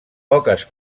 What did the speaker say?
poques